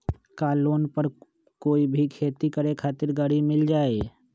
का लोन पर कोई भी खेती करें खातिर गरी मिल जाइ?